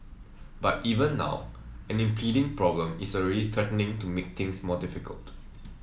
but even now an impending problem is already threatening to make things more difficult